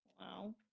Wow